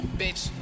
bitch